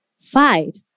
fight